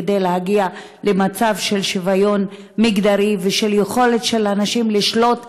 כדי להגיע למצב של שוויון מגדרי ושל יכולת של הנשים לשלוט בחייהן,